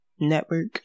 network